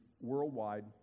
worldwide